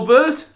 Bird